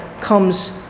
comes